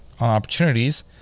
opportunities